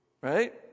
Right